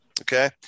okay